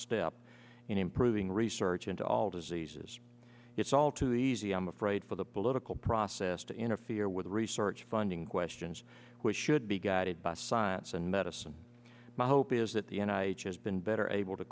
step in improving research into all diseases it's all too easy i'm afraid for the political process to interfere with research funding questions which should be guided by science and medicine my hope is that the n h s been better able to